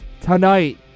Tonight